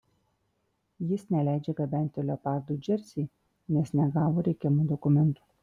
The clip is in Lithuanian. jis neleidžia gabenti leopardų į džersį nes negavo reikiamų dokumentų